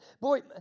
Boy